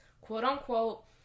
quote-unquote